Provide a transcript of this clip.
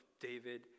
David